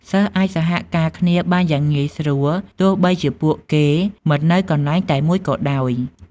សិស្សអាចសហការគ្នាបានយ៉ាងងាយស្រួល ទោះបីជាពួកគេមិននៅកន្លែងតែមួយក៏ដោយ។